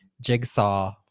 Jigsaw